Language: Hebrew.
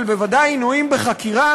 אבל ודאי שעינויים בחקירה,